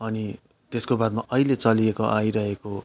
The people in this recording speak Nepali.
अनि त्यसको बादमा अहिले चलेको आइरहेको